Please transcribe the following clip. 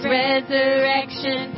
resurrection